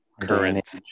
current